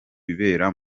bibera